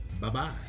bye-bye